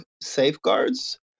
safeguards